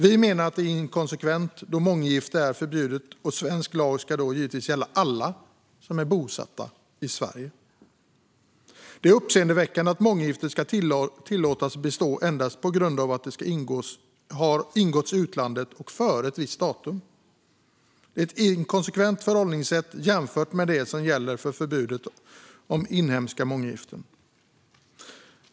Vi menar att det är inkonsekvent eftersom månggifte är förbjudet, och svensk lag ska då givetvis gälla alla som är bosatta i Sverige. Det är uppseendeväckande att månggiften ska tillåtas bestå endast på grund av att de har ingåtts i utlandet och före ett visst datum. Det är ett inkonsekvent förhållningssätt jämfört med det som gäller för förbudet om inhemska månggiften.